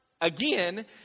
again